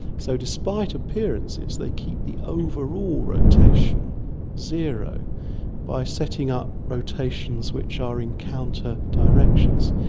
so despite appearances they keep the overall rotation zero by setting up rotations which are in counter directions.